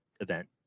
event